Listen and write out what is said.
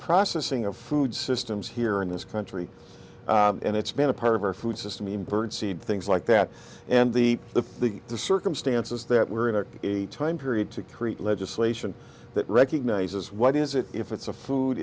processing of food systems here in this country and it's been a part of our food system in berne seeing things like that and the the the the circumstances that we're in are a time period to create legislation that recognizes what is it if it's a food